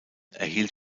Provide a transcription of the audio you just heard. erhielt